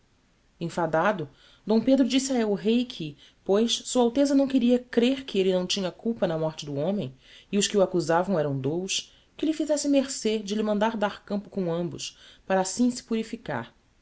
enfadado d pedro disse a el-rei que pois sua alteza não queria crêr que elle não tinha culpa na morte do homem e os que o accusavam eram dous que lhe fizesse mercê de lhe mandar dar campo com ambos para assim se purificar